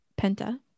penta